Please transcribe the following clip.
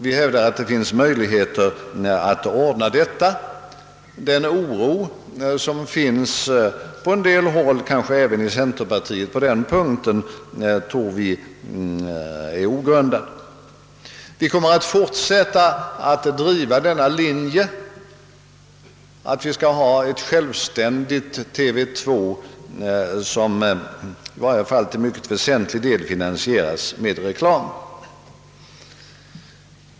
Vi hävdar att det finns möjligheter att ordna detta. Den oro som i det avseendet finns på en del håll, kanske även i centerpartiet, tror vi är ogrundad. Vi kommer att fortsätta att driva denna linje, att det bör finnas en självständig TV 2, som i varje fall till väsentlig del finansieras med reklam.